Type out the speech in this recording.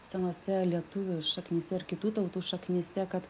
senose lietuvių šaknyse ir kitų tautų šaknyse kad